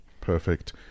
Perfect